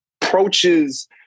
approaches